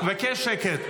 אני מבקש שקט.